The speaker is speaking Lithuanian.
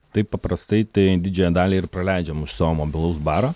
taip paprastai tai didžiąją dalį ir praleidžiam už savo mobilaus baro